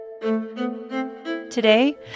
Today